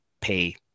pay